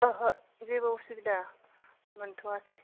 ओहो जेबो उसुबिदा मोनथ'आसै